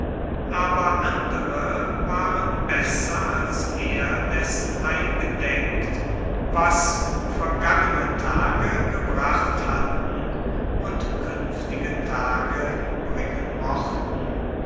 aber andere waren besser als er dessen eingedenkt was vergangene tage gebracht hatten und künftige tage bringen mochten